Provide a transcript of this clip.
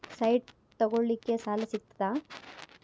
Site ತಗೋಳಿಕ್ಕೆ ಸಾಲಾ ಸಿಗ್ತದಾ?